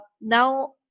Now